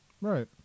Right